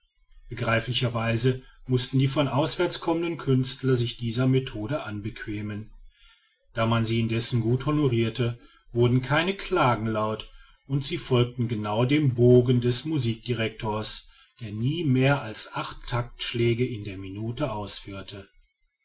weise mußten die von auswärts kommenden künstler sich dieser methode anbequemen da man sie indessen gut honorirte wurde keine klage laut und sie folgten genau dem bogen des musikdirectors der nie mehr als acht taktschläge in der minute ausführte